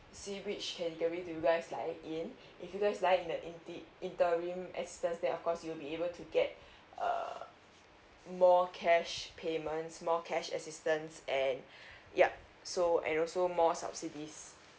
see which do you guys like it in if you guys lie in the inti~ interim assistance then of course you'll be able to get err more cash payment small cash assistance and yup so and also more subsidies